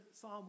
Psalm